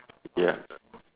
ya